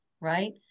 right